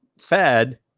fed